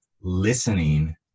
listening